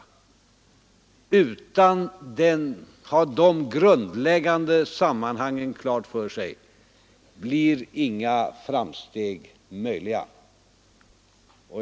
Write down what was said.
Om vi inte har de grundläggande sammanhangen klara för oss, blir inga framsteg möjliga.